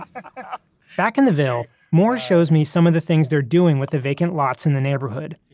um ah back in the ville, moore shows me some of the things they're doing with the vacant lots in the neighborhood.